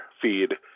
feed